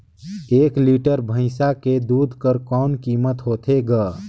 एक लीटर भैंसा के दूध कर कौन कीमत होथे ग?